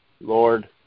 Lord